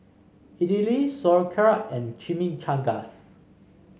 Idili Sauerkraut and Chimichangas